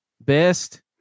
Best